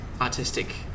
artistic